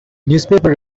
newspaper